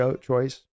choice